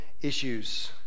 issues